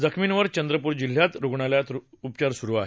जखमीवर चंद्रपूर जिल्हा रुणालयात उपचार सुरु आहेत